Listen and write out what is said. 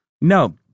No